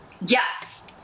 yes